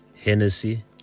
Hennessy